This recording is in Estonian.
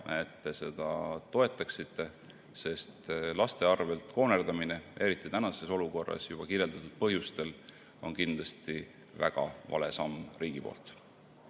et te seda toetaksite, sest laste arvel koonerdamine, eriti tänases olukorras, on juba kirjeldatud põhjustel kindlasti väga vale samm riigi poolt.